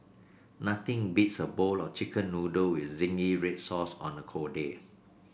nothing beats a bowl of chicken noodle with zingy red sauce on a cold day